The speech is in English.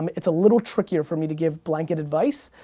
um it's a little trickier for me to give blanket advice,